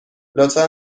لطفا